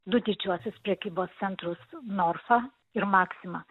du didžiuosius prekybos centrus norfą ir maksimą